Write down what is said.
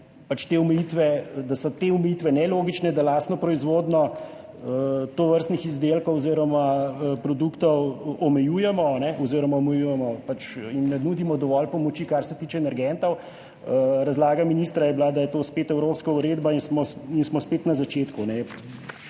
in tako naprej, te omejitve nelogične, da lastno proizvodnjo tovrstnih izdelkov oziroma produktov omejujemo oziroma ne nudimo dovolj pomoči, kar se tiče energentov. Razlaga ministra je bila, da je to spet evropska uredba in smo spet na začetku.